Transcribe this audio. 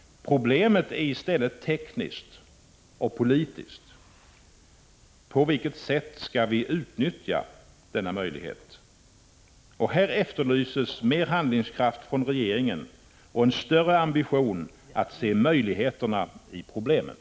Problemet är tekniskt och politiskt — på vilket sätt vi skall kunna utnyttja denna möjlighet. Här efterlyses mer handlingskraft från regeringen och en större ambition att se möjligheterna i problemen.